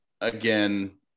again